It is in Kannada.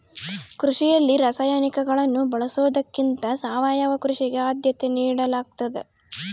ಕೃಷಿಯಲ್ಲಿ ರಾಸಾಯನಿಕಗಳನ್ನು ಬಳಸೊದಕ್ಕಿಂತ ಸಾವಯವ ಕೃಷಿಗೆ ಆದ್ಯತೆ ನೇಡಲಾಗ್ತದ